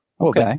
Okay